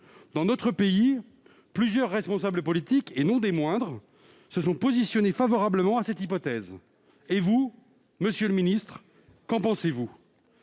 Dans notre pays, plusieurs responsables politiques, et non des moindres, se sont positionnés en faveur de cette évolution. Vous-même, monsieur le ministre, qu'en pensez-vous ?